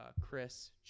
Chris